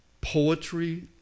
Poetry